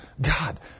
God